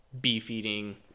beef-eating